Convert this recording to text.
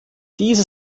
diese